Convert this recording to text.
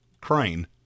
crane